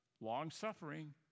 long-suffering